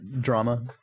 drama